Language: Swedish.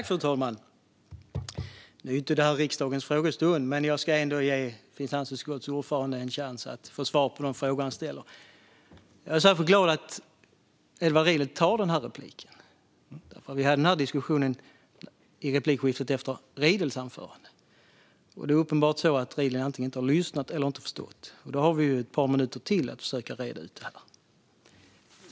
Fru talman! Nu är ju detta inte riksdagens frågestund, men jag ska ändå ge finansutskottets ordförande en chans att få svar på de frågor han ställer. Jag är särskilt glad över att Edward Riedl tar denna replik. Vi hade den här diskussionen i replikskiftet efter Riedls anförande. Uppenbarligen har Edward Riedl antingen inte lyssnat eller inte förstått. Och då har vi ju ett par minuter till att försöka reda ut det här.